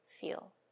feel